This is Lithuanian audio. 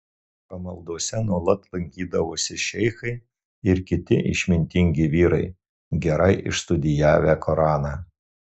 pamaldose nuolat lankydavosi šeichai ir kiti išmintingi vyrai gerai išstudijavę koraną